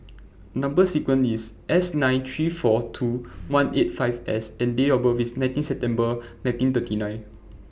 Number sequence IS S nine three four two one eight five S and Date of birth IS nineteen September nineteen thirty nine